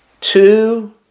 Two